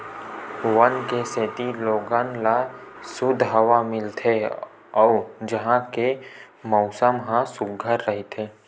वन के सेती लोगन ल सुद्ध हवा मिलथे अउ उहां के मउसम ह सुग्घर रहिथे